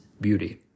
beauty